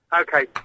Okay